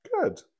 good